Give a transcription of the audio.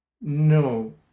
No